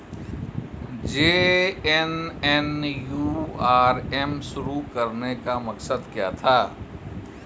JNNURM शुरू करने का मकसद क्या था?